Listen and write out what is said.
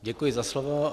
Děkuji za slovo.